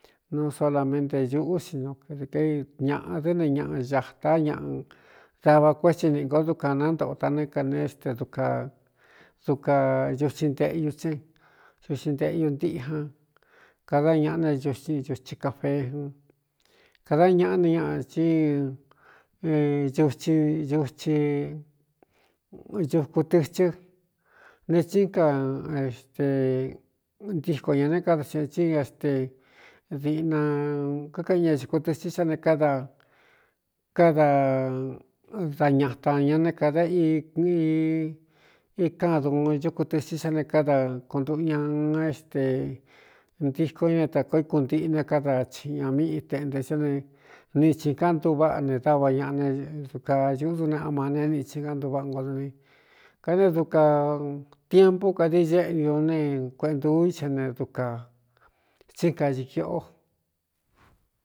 Nuu solaménte ñūꞌú sino d i ñāꞌa dɨne ñaꞌa ñātá ñaꞌa dava kuétsi niꞌ gó dukā nántoꞌo ta né kane éxte duka duka ñutsi nteꞌyu tsén zutsi nteꞌñu ntíꞌjñan kadá ñaꞌá ne ñutsi cafeé jun kādá ñaꞌá ne ñaꞌa tí dutsi utsi dukutɨtɨ ne tsín ka exte ntíko ña ne káda xiꞌan tsín éxte diꞌna kákaꞌin ña zukutɨtɨ́ sá ne káda kada da ñatan ña néé kāda i ikan duun cúkutɨtɨ́ sá ne káda kuntuꞌu ña éxte ntíko ñá ne tākoo íkuntiꞌi ne káda csi ña míꞌi teꞌnte xá ne nitsin káꞌan ntuváꞌa ne dáva ñaꞌa ne duka ñuꞌdúneꞌa ma ne nitsin kán ntváꞌa ngodni ka ne dukā tiempu kadií éꞌñiu ne kueꞌntūúi xa ne dukā tsín kai kiꞌo.